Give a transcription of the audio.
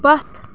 پتھ